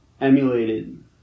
emulated